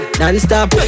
non-stop